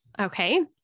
Okay